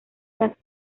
las